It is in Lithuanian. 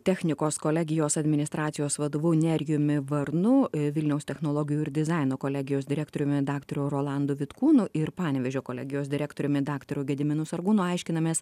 technikos kolegijos administracijos vadovu nerijumi varnu vilniaus technologijų ir dizaino kolegijos direktoriumi daktaru rolandu vitkūnu ir panevėžio kolegijos direktoriumi daktaru gediminu sargūnu aiškinamės